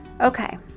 Okay